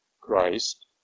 Christ